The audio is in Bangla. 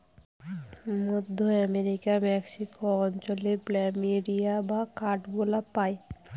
মধ্য আমেরিকার মেক্সিকো অঞ্চলে প্ল্যামেরিয়া বা কাঠগোলাপ পাই